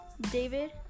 david